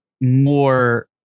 more